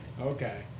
Okay